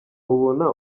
mubona